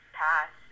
pass